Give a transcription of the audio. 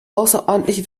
außerordentlich